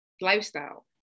lifestyle